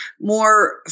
more